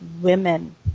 women